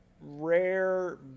rare